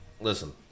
Listen